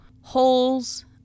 Holes